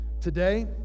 Today